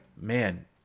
man